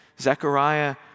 Zechariah